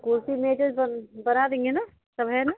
कुर्सी मेज ओज बना देंगे ना सब है ना